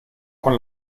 con